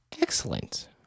Excellent